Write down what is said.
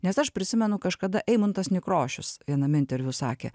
nes aš prisimenu kažkada eimuntas nekrošius viename interviu sakė